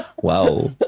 Wow